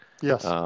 Yes